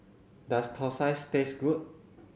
does thosai taste good